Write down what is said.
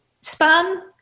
span